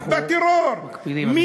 אנחנו מקפידים עליו.